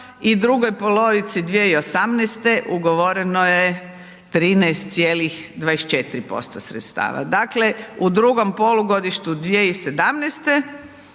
i drugoj polovici 2018. ugovoreno je 13,24% sredstava. Dakle u drugoj polugodištu 2017.